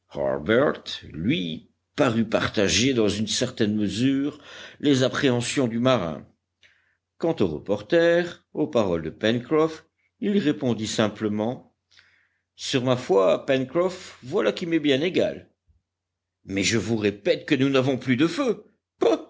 lui parut partager dans une certaine mesure les appréhensions du marin quant au reporter aux paroles de pencroff il répondit simplement sur ma foi pencroff voilà qui m'est bien égal mais je vous répète que nous n'avons plus de feu